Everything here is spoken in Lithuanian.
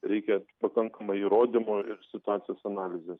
reikia pakankamai įrodymų ir situacijos analizės